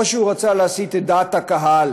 או שהוא רצה להסיט את דעת הקהל